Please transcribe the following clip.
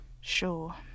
Sure